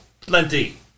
Plenty